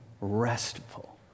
restful